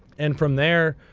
and from there,